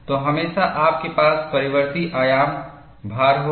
तो हमेशा आपके पास परिवर्ती आयाम भार होगा